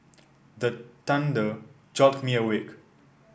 the thunder jolt me awake